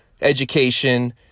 education